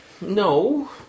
No